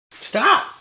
Stop